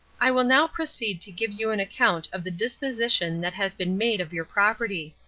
i will now proceed to give you an account of the disposition that has been made of your property.